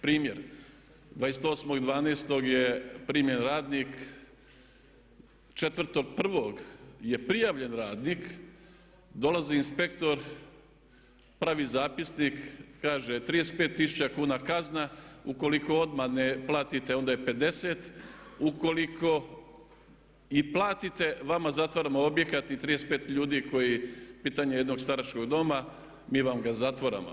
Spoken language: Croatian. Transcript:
Primjer 28.12. je primljen radnik, 4.1. je prijavljen radnik, dolazi inspektor pravi zapisnik, kaže 35 tisuća kuna kazna ukoliko odmah ne platite onda je 50 tisuća, ukoliko i platite vama zatvaramo objekat i 35 ljudi koji, pitanje jednog staračkog doma, mi vam ga zatvaramo.